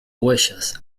huellas